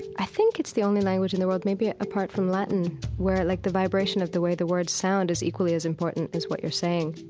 i think it's the only language in the world maybe apart from latin where like the vibration of the way the words sound is equally as important as what you're saying